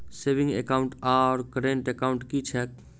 Saving account आओर current account की छैक?